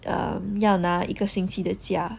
err 要拿一个星期的假